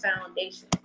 foundation